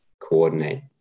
coordinate